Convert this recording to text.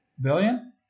billion